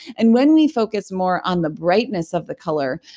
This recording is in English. and when we focus more on the brightness of the color,